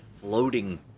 floating